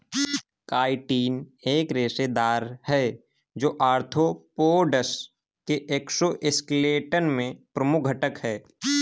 chitin एक रेशेदार है, जो आर्थ्रोपोड्स के एक्सोस्केलेटन में प्रमुख घटक है